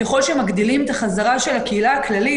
ככל שמגדילים את החזרה של הקהילה הכללית,